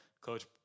Coach